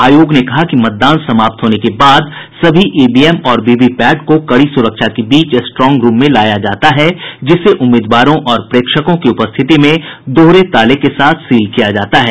आयोग ने कहा है कि मतदान समाप्त होने के बाद सभी ई वी एम और वी वी पैट को कड़ी सुरक्षा के बीच स्ट्रांग रूम में लाया जाता है जिसे उम्मीदवारों और प्रेक्षकों की उपस्थिति में दोहरे ताले के साथ सील किया जाता है